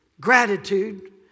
Gratitude